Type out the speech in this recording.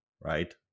right